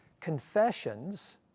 confessions